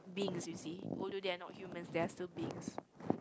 beings you see although they are not humans they are still beings